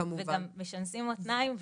וגם משנסים מותניים,